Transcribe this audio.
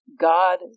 God